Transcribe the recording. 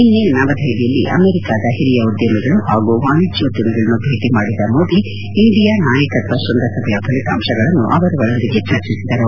ನಿನ್ನೆ ನವದೆಹಲಿಯಲ್ಲಿ ಅಮೆರಿಕಾದ ಹಿರಿಯ ಉದ್ದಮಿಗಳು ಹಾಗೂ ವಾಣಿಜ್ನೋದ್ಯಮಿಗಳನ್ನು ಭೇಟಿ ಮಾಡಿದ ಮೋದಿ ಇಂಡಿಯಾ ನಾಯಕತ್ತ ತ್ವಂಗಸಭೆಯ ಫಲಿತಾಂಶಗಳನ್ನು ಅವರುಗಳೊಂದಿಗೆ ಚರ್ಚಿಸಿದರು